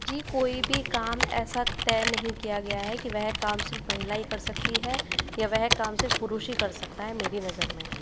जी कोई भी काम ऐसा तय नहीं किया गया है कि वह काम सिर्फ़ महिला ही कर सकती हैं या वह काम सिर्फ़ पुरुष ही कर सकता है मेरी नज़र में